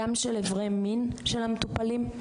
גם של איברי מין של המטופלים.